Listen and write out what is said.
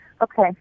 Okay